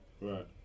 Right